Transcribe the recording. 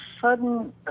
sudden